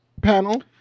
panel